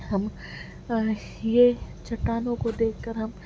ہم یہ چٹانوں کو دیکھ کر ہم